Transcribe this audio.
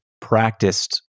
practiced